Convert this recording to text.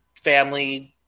family